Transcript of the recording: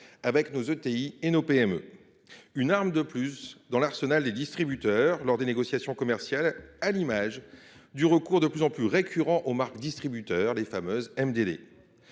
et nos PME. C’est une arme de plus dans l’arsenal des distributeurs lors des négociations commerciales. Elle s’ajoute au recours de plus en plus fréquent aux marques de distributeurs, les fameuses MDD.